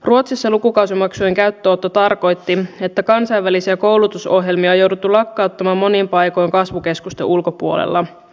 ruotsissa lukukausimaksujen käyttöönotto tarkoitti että kansainvälisiä koulutusohjelmia on jouduttu lakkauttamaan monin paikoin kasvukeskusten ulkopuolella